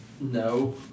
no